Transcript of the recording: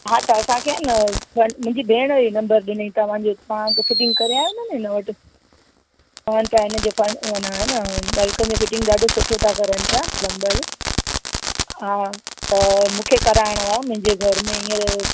हा त असांखे है न मुंहिंजी भेणु इहो नंबर ॾिनई तव्हांजो तव्हां हुते फिटिंग करे आहिया आहियो न हिन वटि हिन जे है न नलकनि में फिटिंग ॾाढो सुठो था कनि पिया प्लंबर हा त मूंखे कराइणो आहे मुंहिंजे घर में हींअर